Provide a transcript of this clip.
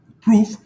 proof